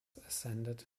ascended